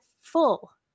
full